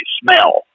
smell